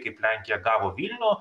kaip lenkija gavo vilno